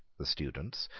the students,